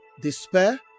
despair